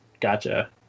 Gotcha